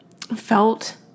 felt